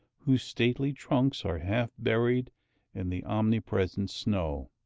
whose stately trunks are half buried in the omnipresent snow.